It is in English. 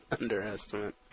underestimate